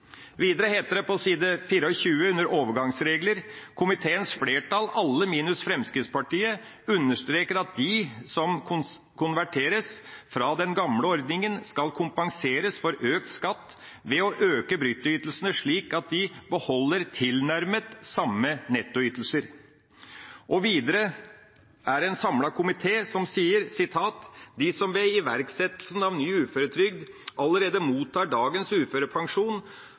Videre heter det på side 24, under punktet Nye uføreregler – overgangsregler: «Komiteens flertall, alle unntatt medlemmene fra Fremskrittspartiet, understreker at de som konverteres fra den gamle ordningen skal kompenseres for økt skatt ved å øke bruttoytelsen slik at de beholder tilnærmet samme nettoytelse.» Videre sier en samlet komité på side 13: «De som ved iverksettelsen av ny uføretrygd allerede mottar dagens uførepensjon,